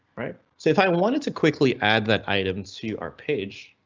right? so if i wanted to quickly add that item to our page,